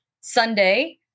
Sunday